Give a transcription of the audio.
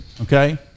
okay